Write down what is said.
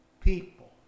people